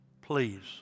please